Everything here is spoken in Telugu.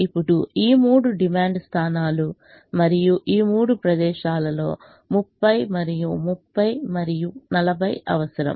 ఇప్పుడు ఈ మూడు డిమాండ్ స్థానలు మరియు ఈ మూడు ప్రదేశాలలో 30 మరియు 30 మరియు 40 అవసరం